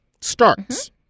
starts